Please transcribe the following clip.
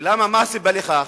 ולמה, מה הסיבה לכך?